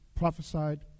prophesied